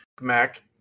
Mac